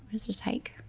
was just hike.